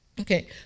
Okay